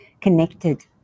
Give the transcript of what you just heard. connected